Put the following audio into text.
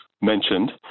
mentioned